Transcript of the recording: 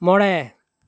ᱢᱚᱬᱮ